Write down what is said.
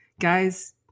Guys